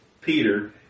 Peter